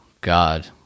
God